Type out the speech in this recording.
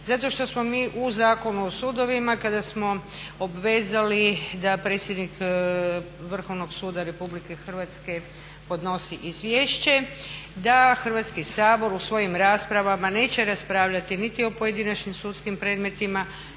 zato što smo mi u Zakonu o sudovima kada smo obvezali da predsjednik Vrhovnog suda Republike Hrvatske podnosi izvješće, da Hrvatski sabor u svojim raspravama neće raspravljati niti o pojedinačnim sudskim predmetima